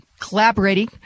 collaborating